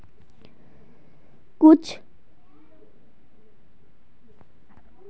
कुछू आदमी जमानतेर तौरत पौ सुरक्षा कर्जत शामिल हछेक